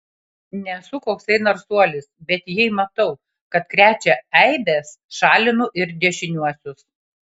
nesu koksai narsuolis bet jei matau kad krečia eibes šalinu ir dešiniuosius